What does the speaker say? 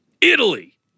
Italy